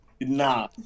Nah